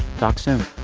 talk soon